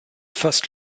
first